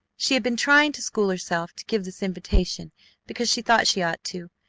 she had been trying to school herself to give this invitation because she thought she ought to,